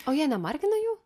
o jie nemargina jų